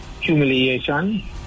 humiliation